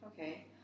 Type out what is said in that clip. Okay